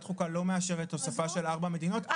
חוקה לא מאשרת הוספה של ארבע מדינות,